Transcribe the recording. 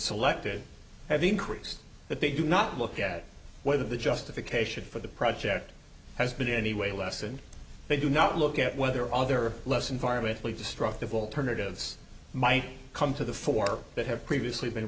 selected have increased but they do not look at whether the justification for the project has been in any way lessen they do not look at whether other less environmentally destructive alternatives might come to the fore that have previously been